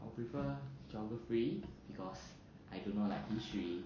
I would prefer geography because I do not like history